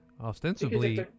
Ostensibly